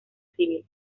civil